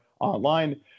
online